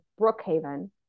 brookhaven